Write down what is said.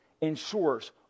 ensures